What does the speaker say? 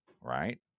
right